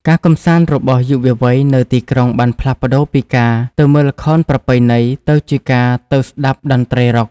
ការកម្សាន្តរបស់យុវវ័យនៅទីក្រុងបានផ្លាស់ប្តូរពីការទៅមើលល្ខោនប្រពៃណីទៅជាការទៅស្តាប់តន្ត្រីរ៉ុក។